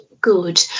good